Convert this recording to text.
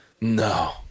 No